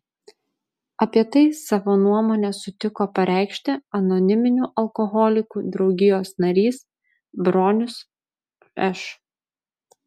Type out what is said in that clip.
apie tai savo nuomonę sutiko pareikšti anoniminių alkoholikų draugijos narys bronius š